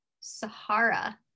Sahara